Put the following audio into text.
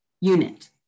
unit